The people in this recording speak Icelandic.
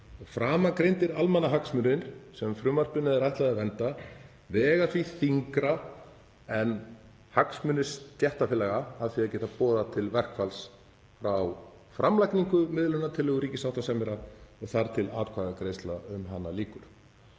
Framangreindir almannahagsmunir, sem frumvarpinu er ætlað að vernda, vega því þyngra en hagsmunir stéttarfélaga af því að geta boðað til verkfalls frá framlagningu miðlunartillögu ríkissáttasemjara þar til atkvæðagreiðslu um hana lýkur.